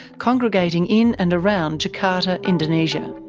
congregating in and around jakarta, indonesia.